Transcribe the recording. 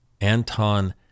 Anton